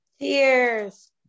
Cheers